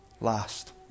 Last